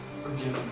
forgiven